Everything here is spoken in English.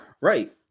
Right